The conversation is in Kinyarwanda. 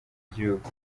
igihugu